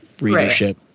readership